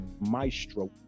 maestro